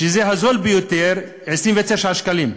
שזה הזול ביותר, 29 שקלים,